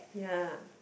ya